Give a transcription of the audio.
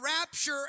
rapture